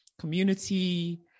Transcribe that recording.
community